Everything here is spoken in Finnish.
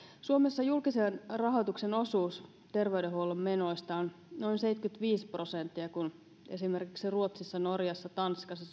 suomessa julkisen rahoituksen osuus terveydenhuollon menoista on noin seitsemänkymmentäviisi prosenttia kun esimerkiksi ruotsissa norjassa tanskassa